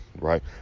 right